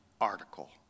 article